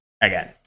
Again